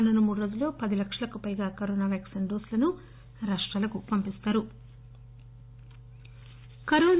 రానున్న మూడు రోజుల్లో పది లక్షలకు పైగా కరోనా వ్యాక్సిన్ డోసులు రాష్రాలకు పంపిస్తారు